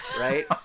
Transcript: right